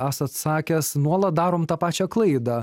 esat sakęs nuolat darom tą pačią klaidą